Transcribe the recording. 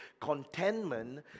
Contentment